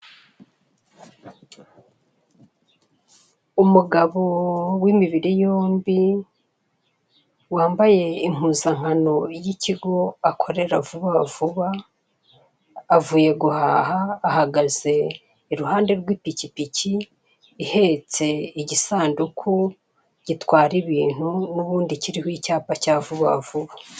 Umugabo w'imibiri yombi, wambaye impuzankano y'ikigo akorera vuba vuba, avuye guhaha ahagaze iruhande rw'ipikipiki ihetse igisanduku gitwara ibintu n'ubundi kiriho icyapa cya vuba vuba.